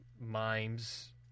mimes